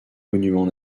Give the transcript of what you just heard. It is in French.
monument